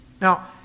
Now